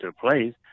place